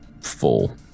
full